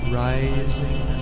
rising